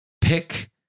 pick